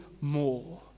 more